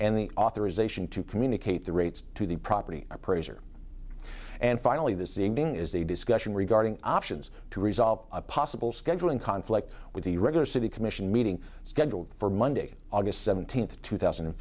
and the authorization to communicate the rates to the property appraiser and finally this evening is a discussion regarding options to resolve a possible scheduling conflict with the regular city commission meeting scheduled for monday august seventeenth two thousand and